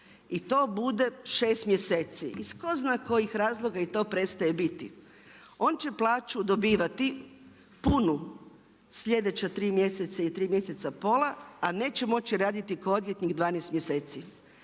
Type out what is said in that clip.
i to bude 6 mjeseci. Iz ko zna kojih razloga i to prestaje biti, on će plaću dobivati punu slijedeća 3 mjeseca i 3 mjeseca pola a neće moći raditi kao odvjetnik 12 mjeseci.